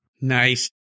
Nice